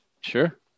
Sure